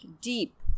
deep